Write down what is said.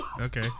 Okay